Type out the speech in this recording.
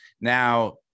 Now